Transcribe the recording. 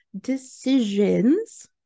decisions